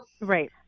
right